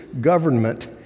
government